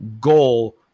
goal